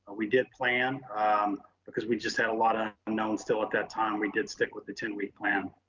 we did plan because we just had a lot of unknowns still at that time, we did stick with the ten week plan.